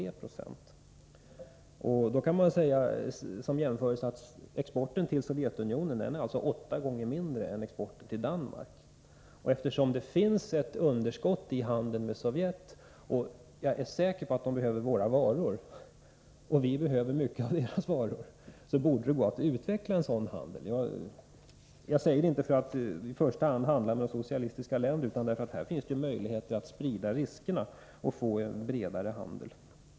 exporten till Sovjetunionen med bara 0,3 20. Exporten till Sovjetunionen är alltså åtta gånger mindre än exporten till Danmark, och eftersom det finns ett underskott i handeln med Sovjet och jag är säker på att man där behöver våra varor liksom vi behöver mycket därifrån borde det gå att utveckla en sådan handel. Jag säger det inte därför att vi i första hand skall handla med socialistiska länder utan därför att det där finns möjlighet att sprida riskerna och få en bredare handel.